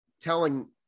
telling